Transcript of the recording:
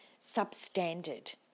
substandard